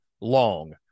long